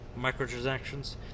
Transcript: microtransactions